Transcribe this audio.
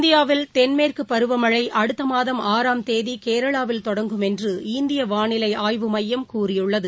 இந்தியாவில் தென்மேற்கு பருவமழை அடுத்த மாதம் ஆறாம் தேதி கேரளாவில் தொடங்கும் என்று இந்திய வானிலை ஆய்வு மையம் கூறியுள்ளது